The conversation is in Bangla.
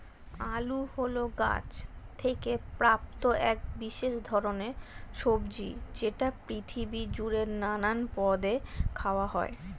আলু হল গাছ থেকে প্রাপ্ত এক বিশেষ ধরণের সবজি যেটি পৃথিবী জুড়ে নানান পদে খাওয়া হয়